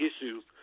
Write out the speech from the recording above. issues